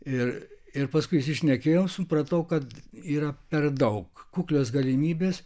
ir ir paskui išsišnekėjau supratau kad yra per daug kuklios galimybės